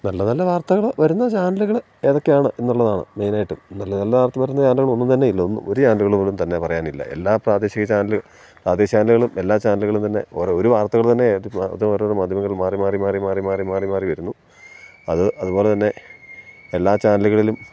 നല്ല നല്ല വാർത്തകൾ വരുന്ന ചാനലുകൾ ഏതൊക്കെയാണ് എന്നുള്ളതാണ് മെയിനായിട്ടും നല്ല നല്ല വാർത്ത വരുന്ന ചാനലുകൾ ഒന്നും തന്നെ ഇല്ല ഒന്നും ഒരു ചാനലുകൾ പോലും തന്നെ പറയാനില്ല എല്ലാ പ്രാദേശിക ചാനല് പ്രാദേശിക ചാനലുകളും എല്ലാ ചാനലുകളും തന്നെ ഓരോ ഒരു വാത്തകൾ തന്നെ അത് ഓരോരോ മാധ്യമങ്ങൾ മാറി മാറി മാറി മാറി മാറി മാറി മാറി വരുന്നു അത് അതുപോലെതന്നെ എല്ലാ ചാനലുകളിലും